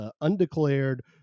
undeclared